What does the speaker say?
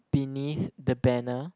beneath the banner